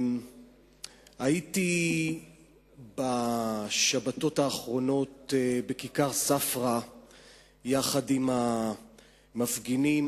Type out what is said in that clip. הייתי בשבתות האחרונות בכיכר ספרא יחד עם המפגינים.